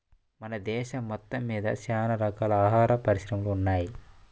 మన దేశం మొత్తమ్మీద చానా రకాల ఆహార పరిశ్రమలు ఉన్నయ్